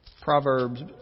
Proverbs